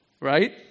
right